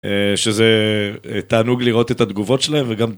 שזה תענוג לראות את התגובות שלהם וגם